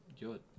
good